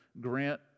grant